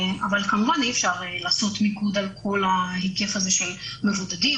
אבל כמובן אי אפשר לעשות מיקוד על כל ההיקף הזה של מבודדים,